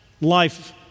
life